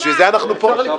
בשביל זה אנחנו פה.